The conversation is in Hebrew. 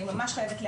אני ממש חייבת להעיר,